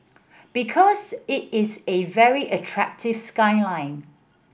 because it is a very attractive skyline